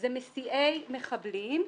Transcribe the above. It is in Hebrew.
זה מסיעי מחבלים,